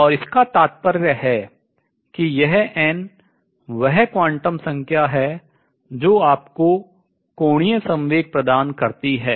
और इसका तात्पर्य है कि यह n वह क्वांटम संख्या है जो आपको कोणीय संवेग प्रदान करती है